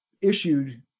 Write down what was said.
issued